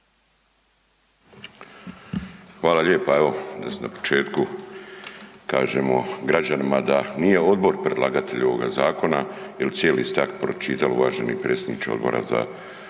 Hvala lijepa, evo da na početku kažemo građanima da nije odbor predlagatelj ovoga zakona jel cijeli ste akt pročitali uvaženi predsjedniče odbora za